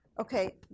okay